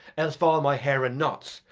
elf all my hair in knots,